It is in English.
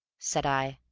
said i.